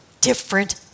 different